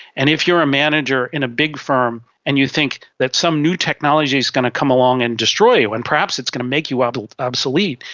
and if you are a manager in a big firm and you think that some new technology is going to come along and destroy you and perhaps it's going to make you ah but obsolete,